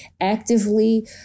actively